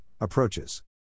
approaches